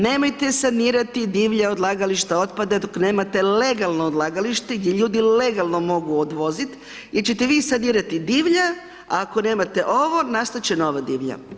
Nemojte sanirati divlja odlagališta otpada dok nemate legalno odlagalište gdje ljudi legalno mogu odvoziti jer ćete vi sanirati divlja, a ako nemate ovo nastati će nova divlja.